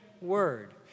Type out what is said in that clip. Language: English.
word